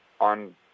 on